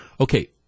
okay